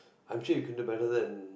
I'm sure you can do better than